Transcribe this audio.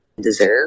deserve